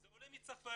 זה העולה מצרפת.